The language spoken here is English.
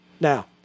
Now